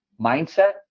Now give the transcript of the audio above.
mindset